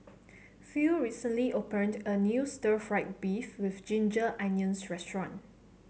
Phil recently opened a new Stir Fried Beef with Ginger Onions restaurant